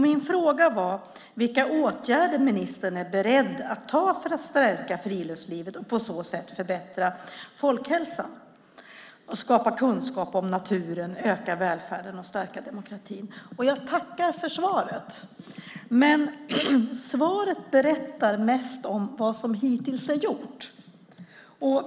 Min fråga var vilka åtgärder ministern är beredd att vidta för att stärka friluftslivet och på så sätt förbättra folkhälsan, skapa kunskap om naturen, öka välfärden och stärka demokratin. Jag tackar för svaret. Men svaret berättar mest om vad som hittills är gjort.